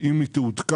אם היא תעודכן,